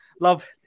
love